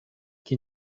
qui